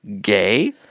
gay